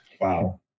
Wow